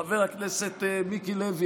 חבר הכנסת מיקי לוי,